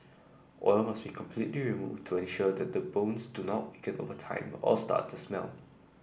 oil must be completely removed to ensure that the bones do not weaken over time or start to smell